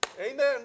amen